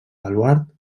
baluard